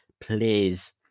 please